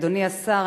אדוני השר,